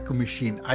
machine